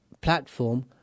platform